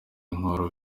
nkuru